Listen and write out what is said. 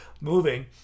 moving